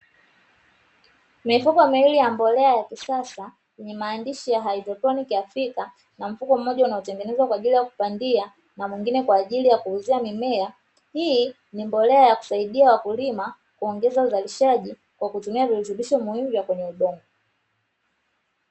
Mifuko miwili ya mbolea ya kisasa yenye maandishi ya "haidroponiki", na mifuko mmoja unaotengenezwa kwa ajili ya kukandia na mingine kwa ajili ya kuuzia mimea. Hii ni mbolea ya kusaidia wakulima kwa kuongeza uzalishaji kwa kutumia virutubisho muhimu vya kwenye udongo.